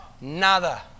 Nada